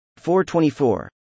424